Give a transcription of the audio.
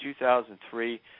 2003